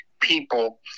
people